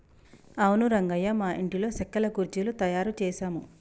అవును రంగయ్య మా ఇంటిలో సెక్కల కుర్చీలు తయారు చేసాము